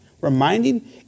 reminding